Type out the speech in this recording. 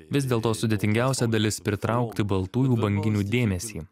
vis dėlto sudėtingiausia dalis pritraukti baltųjų banginių dėmesį